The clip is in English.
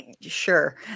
Sure